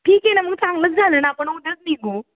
ठीक आहे ना मग चांगलंच झालं ना आपण उद्याच निघू